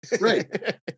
right